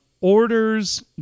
orders